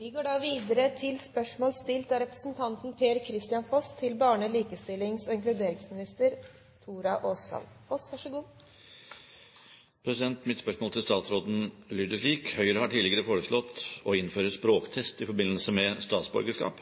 Mitt spørsmål til statsråden lyder slik: «Høyre har tidligere foreslått å innføre språktest i forbindelse med statsborgerskap.